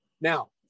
now